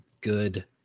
good